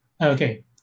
Okay